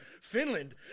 Finland